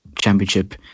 championship